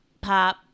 pop